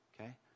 Okay